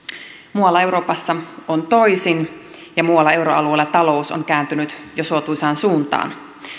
muualla euroopassa on toisin ja muualla euroalueella talous on kääntynyt jo suotuisaan suuntaan